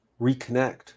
reconnect